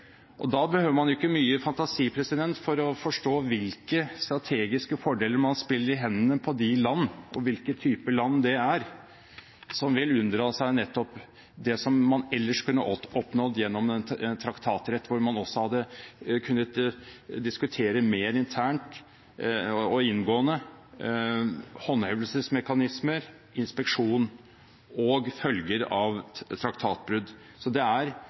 Da behøver man ikke mye fantasi for å forstå hvilke strategiske fordeler man spiller i hendene på de land – og hvilke typer land det er – som vil unndra seg nettopp det som man ellers kunne oppnådd gjennom en traktatrett, hvor man også hadde kunnet diskutere mer internt og inngående håndhevelsesmekanismer, inspeksjon og følger av traktatbrudd. Så det er